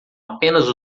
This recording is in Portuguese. apenas